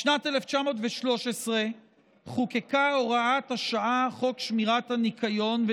בשנת 2013 חוקק חוק שמירת הניקיון (הוראת השעה),